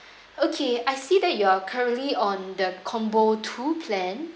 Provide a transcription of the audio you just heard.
okay I see that you're currently on the combo two plan